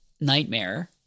nightmare